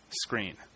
screen